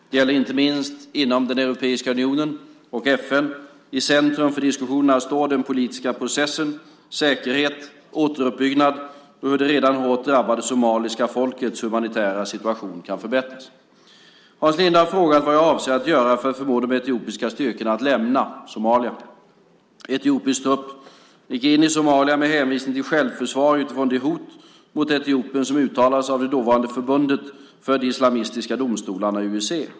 Det gäller inte minst inom EU och FN. I centrum för diskussionerna står den politiska processen, säkerhet, återuppbyggnad och hur det redan hårt drabbade somaliska folkets humanitära situation kan förbättras. Hans Linde har frågat vad jag avser att göra för att förmå de etiopiska styrkorna att lämna Somalia. Etiopisk trupp gick in i Somalia med hänvisning till självförsvar utifrån det hot mot Etiopien som uttalats av dåvarande förbundet för de islamistiska domstolarna .